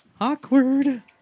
Awkward